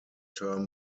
term